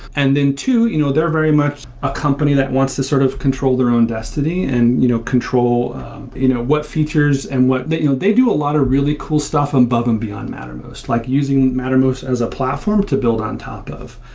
and two, you know they're very much a company that wants to sort of control their own destiny and you know control you know what features and what they you know they do a lot of really cool stuff above and beyond mattermost. like using mattermost as a platform to build on top of.